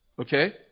Okay